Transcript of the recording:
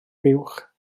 fuwch